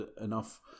enough